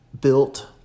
built